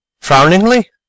frowningly